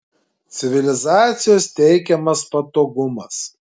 civilizacijos teikiamas patogumas